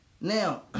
Now